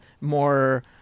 more